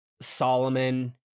solomon